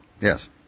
Yes